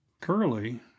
curly